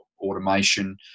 automation